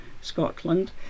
Scotland